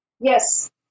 Yes